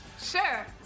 Sure